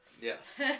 Yes